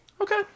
Okay